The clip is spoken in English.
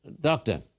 doctor